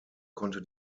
konnte